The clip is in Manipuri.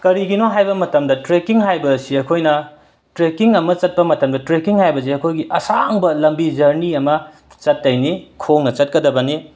ꯀꯔꯤꯒꯤꯅꯣ ꯍꯥꯏꯕ ꯃꯇꯝꯗ ꯇ꯭ꯔꯦꯛꯀꯤꯡ ꯍꯥꯏꯕ ꯑꯁꯤ ꯑꯩꯈꯣꯏꯅ ꯇ꯭ꯔꯦꯛꯀꯤꯡ ꯑꯃ ꯆꯠꯄ ꯃꯇꯝꯗ ꯇ꯭ꯔꯦꯛꯀꯤꯡ ꯍꯥꯏꯕꯁꯤ ꯑꯩꯈꯣꯏꯒꯤ ꯑꯁꯥꯡꯕ ꯂꯝꯕꯤ ꯖꯔꯅꯤ ꯑꯃ ꯆꯠꯇꯣꯏꯅꯤ ꯈꯣꯡꯅ ꯆꯠꯀꯗꯕꯅꯤ